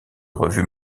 revues